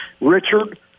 Richard